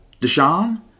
Deshaun